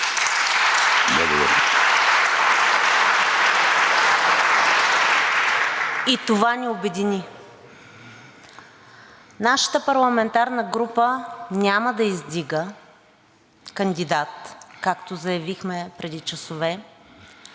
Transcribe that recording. …и това ни обедини. Нашата парламентарна група няма да издига кандидат, както заявихме преди часове,